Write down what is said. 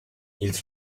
ils